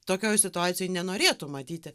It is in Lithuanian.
tokioj situacijoj nenorėtų matyti